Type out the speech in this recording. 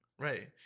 Right